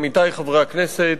עמיתי חברי הכנסת,